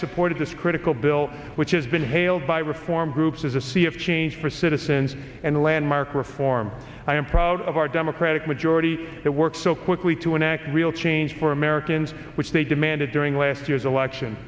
supported this critical bill which has been hailed by reform groups as a sea of change for citizens and landmark reform i am proud of our democratic majority that work so quickly to enact real change for americans which they demanded during last year's election